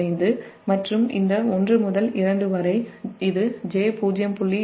15 மற்றும் இந்த 1 முதல் 2 வரை இது j0